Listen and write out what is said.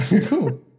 Cool